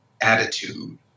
attitude